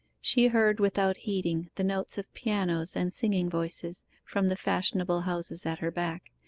she heard, without heeding, the notes of pianos and singing voices from the fashionable houses at her back,